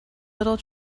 little